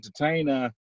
entertainer